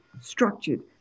structured